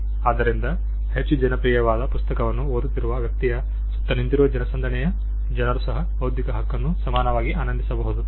ಆದ್ದರಿಂದ ಹೆಚ್ಚು ಜನಪ್ರಿಯವಾದ ಪುಸ್ತಕವನ್ನು ಓದುತ್ತಿರುವ ವ್ಯಕ್ತಿಯ ಸುತ್ತ ನಿಂತಿರುವ ಜನಸಂದಣಿಯ ಜನರು ಸಹ ಬೌದ್ಧಿಕ ಹಕ್ಕನ್ನು ಸಮಾನವಾಗಿ ಆನಂದಿಸಬಹುದು